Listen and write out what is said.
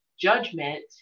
judgment